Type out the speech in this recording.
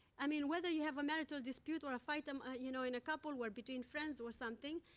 i mean, whether you have a marital dispute or a fight um ah you know in a couple or between friends or something,